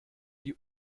die